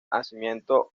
nacimiento